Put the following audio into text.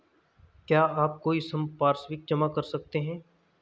क्या आप कोई संपार्श्विक जमा कर सकते हैं?